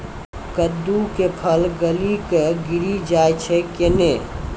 कददु के फल गली कऽ गिरी जाय छै कैने?